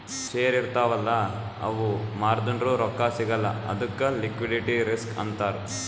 share ಇರ್ತಾವ್ ಅಲ್ಲ ಅವು ಮಾರ್ದುರ್ನು ರೊಕ್ಕಾ ಸಿಗಲ್ಲ ಅದ್ದುಕ್ ಲಿಕ್ವಿಡಿಟಿ ರಿಸ್ಕ್ ಅಂತಾರ್